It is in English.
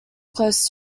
close